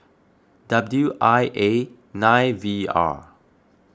W I A nine V R